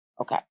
Okay